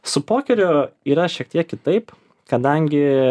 su pokeriu yra šiek tiek kitaip kadangi